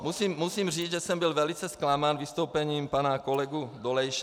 Musím říct, že jsem byl velice zklamán vystoupením pana kolegy Dolejše.